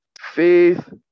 faith